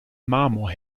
marmor